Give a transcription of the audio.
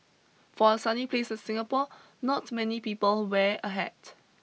for a sunny place Singapore not many people wear a hat